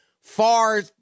far